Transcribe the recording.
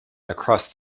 across